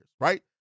right